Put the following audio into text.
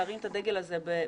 להרים את הדגל הזה בגאון,